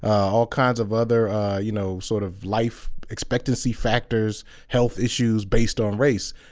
um ll kinds of other you know sort of life expectancy factors, health issues, based on race,